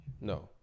No